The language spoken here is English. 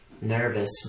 nervous